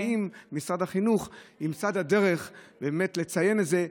האם משרד החינוך ימצא את הדרך באמת לציין את זה?